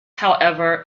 however